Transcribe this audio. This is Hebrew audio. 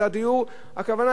הכוונה היא לתת אולי לכולם.